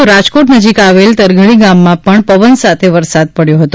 તો રાજકોટ નજીક આવેલ તરઘડી ગામમાં પણ પવન સાથે વરસાદ પડ્યો હતો